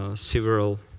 ah several